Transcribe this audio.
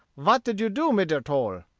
vat did you do mid der toll?